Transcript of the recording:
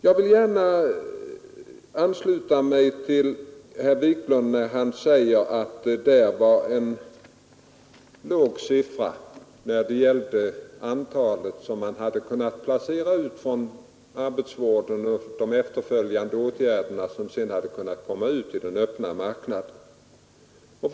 Jag vill gärna ansluta mig till herr Wiklund när han säger att siffrorna över antalet som man hade kunnat placera ut från arbetsvården och de efterföljande åtgärderna för dem som kommit ut i den öppna marknaden var låga.